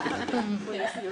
יושב-ראש הוועדה.